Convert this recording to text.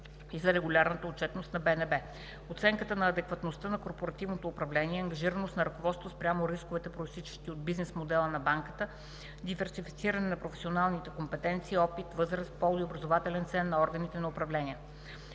и на регулаторната отчетност за БНБ; - оценката на адекватността на корпоративното управление – ангажираност на ръководството спрямо рисковете, произтичащи от бизнес модела на банката, диверсифициране на професионалните компетенции, опит, възраст, пол и образователен ценз на органите за управление.